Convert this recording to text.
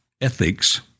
ethics